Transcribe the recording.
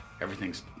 everything's